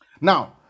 Now